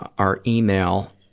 our email,